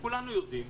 כולנו יודעים,